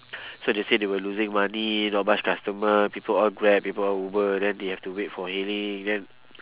so they said they were losing money not much customer people all grab people all uber then they have to wait for hailing then